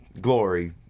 glory